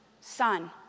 son